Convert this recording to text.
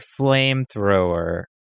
flamethrower